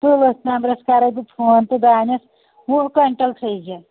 تُل أتھۍ نمبرَس کَرے بہٕ فون تہٕ دانٮ۪س وُہ کوینٛٹَل تھٲوزِ